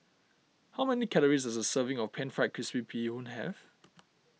how many calories does a serving of Pan Fried Crispy Bee Hoon have